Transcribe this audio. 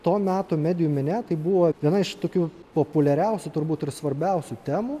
to meto medijų mene tai buvo viena iš tokių populiariausių turbūt ir svarbiausių temų